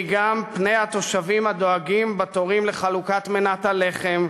והיא גם פני התושבים הדואגים בתורים לחלוקת מנת הלחם,